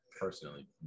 personally